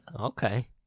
Okay